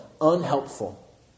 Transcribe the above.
unhelpful